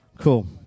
Cool